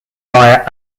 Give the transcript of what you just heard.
via